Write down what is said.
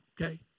okay